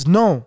no